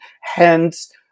hence